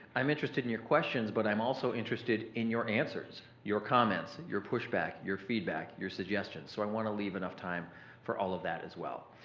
i'm interested in your questions but i'm also interested in your answers, your comments, your pushback, your feedback, your suggestions. so, i wanna leave enough time for all of that as well.